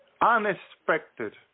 unexpected